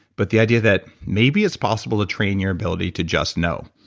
but the idea that maybe it's possible to train your ability to just know.